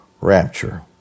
rapture